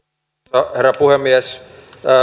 arvoisa herra puhemies